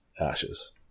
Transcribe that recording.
ashes